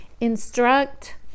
instruct